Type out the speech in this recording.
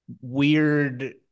weird